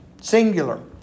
Singular